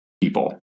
people